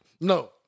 No